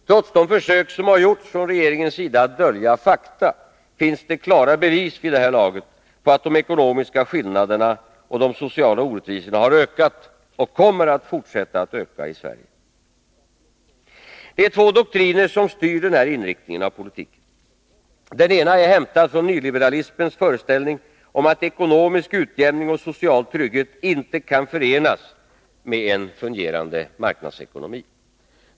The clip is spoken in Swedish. Trots de försök som gjorts från regeringens sida att dölja fakta finns det klara bevis vid det här laget på att de ekonomiska skillnaderna och de sociala orättvisorna ökat och kommer att fortsätta att öka i Sverige. Det är två doktriner som styr den här inriktningen av politiken. Den ena är hämtad från nyliberalismens föreställning om att ekonomisk utjämning och social trygghet inte kan förenas med en fungerande marknadsekonomi.